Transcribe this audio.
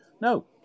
No